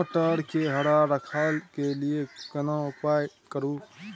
मटर के हरा रखय के लिए केना उपाय करू?